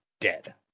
dead